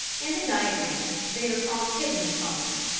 in the diagram they are called kibbling cones